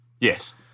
Yes